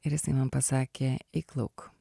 ir jisai man pasakė eik lauk